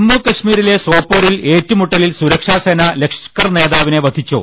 ജമ്മുകാശ്മീരിലെ സോപോരിൽ ഏറ്റുമുട്ടലിൽ സുരക്ഷാസേന ലഷ്കർ നേതാവിനെ വധിച്ചു